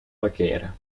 parkeren